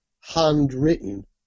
handwritten